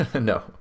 No